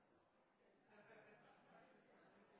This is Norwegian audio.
er på